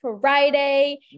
Friday